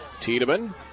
Tiedemann